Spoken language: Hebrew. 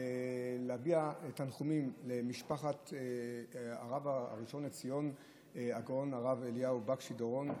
להביע תנחומים למשפחת הרב הראשון לציון הגאון הרב בקשי דורון,